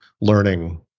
learning